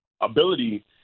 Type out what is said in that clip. ability